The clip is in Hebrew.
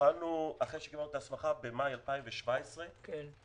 קיבלנו את ההסמכה במאי 2017 והיום,